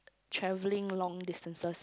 travelling long distances